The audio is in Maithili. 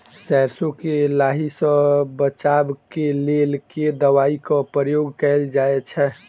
सैरसो केँ लाही सऽ बचाब केँ लेल केँ दवाई केँ प्रयोग कैल जाएँ छैय?